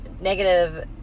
negative